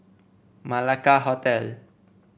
Malacca Hotel